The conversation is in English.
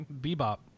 Bebop